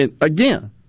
again